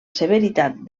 severitat